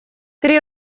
три